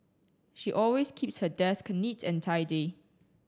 she always keeps her desk neat and tidy